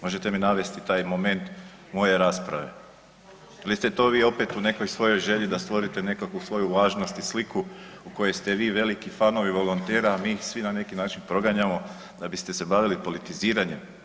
Možete mi navesti taj moment moje rasprave ili ste to vi opet u nekoj svojoj želi da stvorite nekakvu svoju važnost i sliku u kojoj ste vi veliki fanovi volontera, a mi ih svi na neki način proganjamo da biste se bavili politiziranjem.